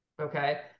okay